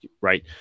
right